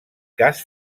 cas